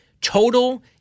total